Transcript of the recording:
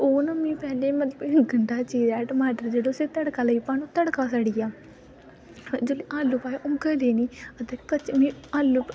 चीज़ां मतलूब की इन्ना स्हेई करांऽ ते पता लग्गी जंदा की साढ़े गलती कुत्थै होआ दी ऐ स्हेई कुत्थां ते होर बार बार करना गै रौह्ना चाहिदा ऐ